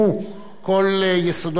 גם נושא זכייניות